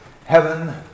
heaven